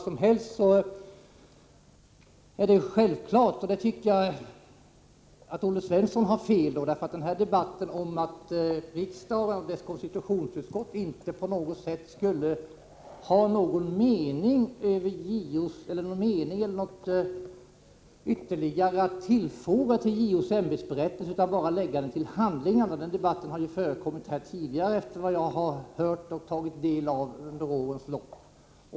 Jag tycker att Olle Svensson har fel i detta fall. Den här debatten om att riksdagen och dess konstitutionsutskott inte skulle ha någon som helst mening eller något ytterligare att tillfoga när det gäller JO:s ämbetsberättelse utan bara skulle lägga den till handlingarna — det är en debatt som ju har förekommit här tidigare, efter vad jag har hört och tagit del av under årens lopp.